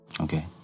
Okay